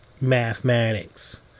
mathematics